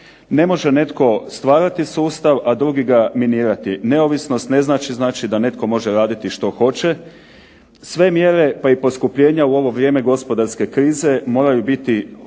Ne može netko stvarati sustav, a netko ga minirati, neovisnost ne znači da netko može raditi što hoće. Sve mjere pa i poskupljenja u ovo vrijeme gospodarske krize moraju biti